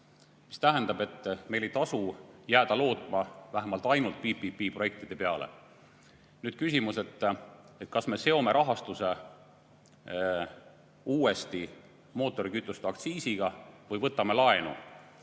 mis tähendab, et meil ei tasu jääda lootma ainult PPP‑projektide peale. Nüüd küsimus, kas me seome rahastuse uuesti mootorikütuseaktsiisiga või võtame laenu.